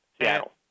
Seattle